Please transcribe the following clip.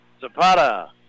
Zapata